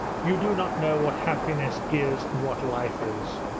you do not know what happiness is and what life is!